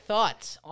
Thoughts